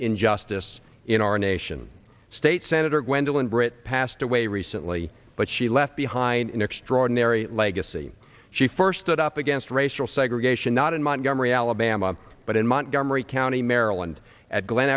injustice in our nation state senator gwendolyn britt passed away recently but she left behind an extraordinary legacy she first showed up against racial segregation not in montgomery alabama but in montgomery county maryland at glen